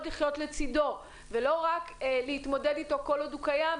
לחיות לצידו ולא רק להתמודד אתו כל עוד הוא קיים,